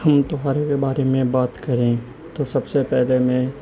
تہواروں کے بارے میں بات کریں تو سب سے پہلے میں